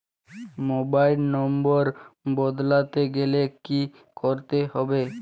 Mobile number বদলাতে গেলে কি করতে হবে?